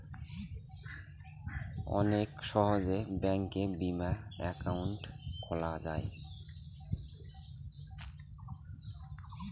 অনেক সহজে ব্যাঙ্কে বিমা একাউন্ট খোলা যায়